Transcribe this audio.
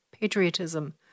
patriotism